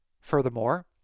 Furthermore